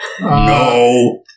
no